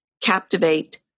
captivate